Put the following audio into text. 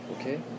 okay